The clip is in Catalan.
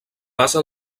basa